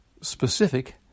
specific